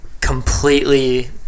completely